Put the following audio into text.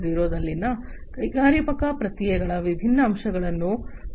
0 ನಲ್ಲಿನ ಕೈಗಾರಿಕಾ ಪ್ರಕ್ರಿಯೆಗಳ ವಿಭಿನ್ನ ಅಂಶಗಳನ್ನು ಒಂದೊಂದಾಗಿ ನೋಡೋಣ